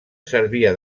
servia